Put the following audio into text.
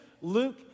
Luke